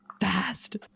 fast